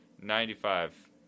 Ninety-five